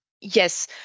Yes